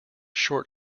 short